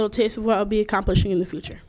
little taste of well be accomplishing in the future